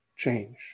Change